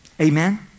Amen